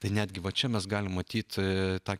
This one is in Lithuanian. tai netgi va čia mes galim matyti tą